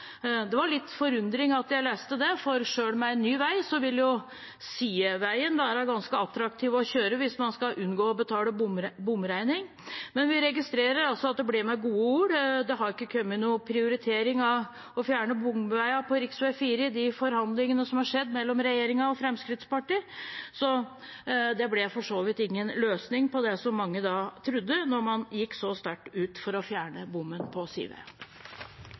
Det var med litt forundring jeg leste det, for selv med en ny vei vil jo sideveien være ganske attraktiv å kjøre hvis man skal unngå å betale bomregning. Men vi registrerer at det ble med gode ord – det har ikke kommet noen prioritering av å fjerne bomveiene på rv. 4 i de forhandlingene som har vært mellom regjeringen og Fremskrittspartiet. Så det ble for så vidt ingen løsning, som mange trodde når man gikk så sterkt ut for å fjerne bommen på